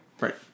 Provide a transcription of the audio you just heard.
Right